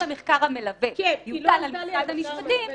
אם המחקר המלווה יוטל על משרד המשפטים,